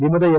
വിമത എം